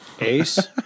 Ace